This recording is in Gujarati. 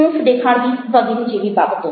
હૂંફ દેખાડવી વગેરે જેવી બાબતો